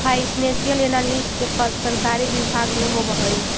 financial analyst के पद सरकारी विभाग में होवऽ हइ